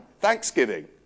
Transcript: Thanksgiving